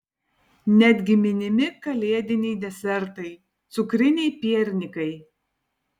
netgi minimi kalėdiniai desertai cukriniai piernikai